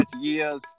years